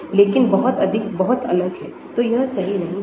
लेकिन बहुत अधिक बहुत अलग है तो यह सही नहीं है